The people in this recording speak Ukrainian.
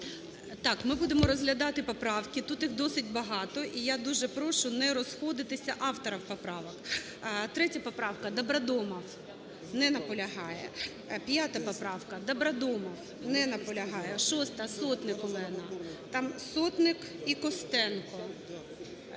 Так, ми будемо розглядати поправки, тут їх досить багато. І я дуже прошу не розходитися авторів поправок. 3 поправка, Добродомов. Не наполягає. 5 поправка, Добродомов. Не наполягає. 6-а, Сотник Олена. Там Сотник і Костенко.